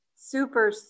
super